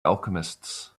alchemists